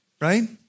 right